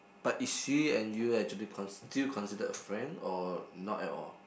but is she and you actually consid~ still considered friend or not at all